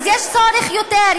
אז יש צורך יותר,